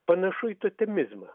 panašu į totemizmą